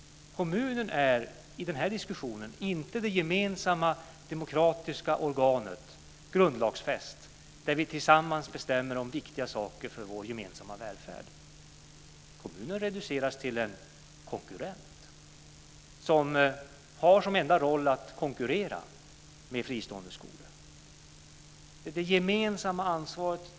Kommunen är i den här diskussionen inte det gemensamma grundlagsfästa demokratiska organet där vi tillsammans bestämmer om viktiga saker för vår gemensamma välfärd. Kommunen reduceras till en konkurrent, och den har som enda roll att konkurrera med fristående skolor.